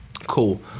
Cool